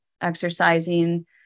exercising